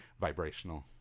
vibrational